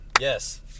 Yes